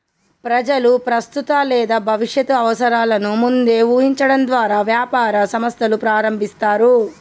ప్రజలు ప్రస్తుత లేదా భవిష్యత్తు అవసరాలను ముందే ఊహించడం ద్వారా వ్యాపార సంస్థలు ప్రారంభిస్తారు